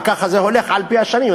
וככה זה הולך על-פני השנים,